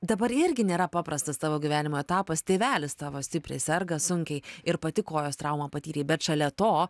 dabar irgi nėra paprastas tavo gyvenimo etapas tėvelis tavo stipriai serga sunkiai ir pati kojos traumą patyrei bet šalia to